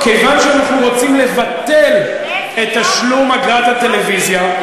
כיוון שאנחנו רוצים לבטל את תשלום אגרת הטלוויזיה,